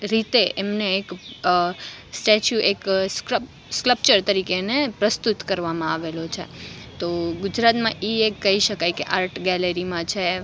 રીતે એમને એક સ્ટેચ્યુ એક સ્ક્લપ સ્ક્લપ્ચર તરીકે એને પ્રસ્તુત કરવામાં આવેલું છે તો ગુજરાતમાં એ એક કહી શકાય કે એ એક આર્ટ ગેલેરીમાં છે